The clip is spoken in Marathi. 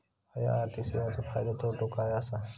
हया आर्थिक सेवेंचो फायदो तोटो काय आसा?